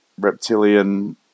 reptilian